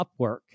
Upwork